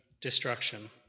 destruction